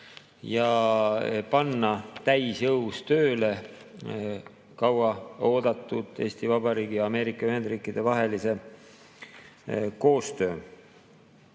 ja panna täisjõus tööle kaua oodatud Eesti Vabariigi ja Ameerika Ühendriikide vahelise koostöö.